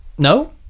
No